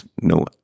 no